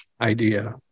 idea